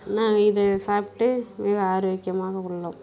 நாங்கள் இது சாப்பிட்டு மிக ஆரோக்கியமாக உள்ளோம்